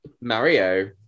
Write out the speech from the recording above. mario